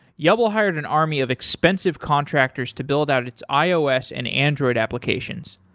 yubl hired an army of expensive contractors to build out its ios and android applications.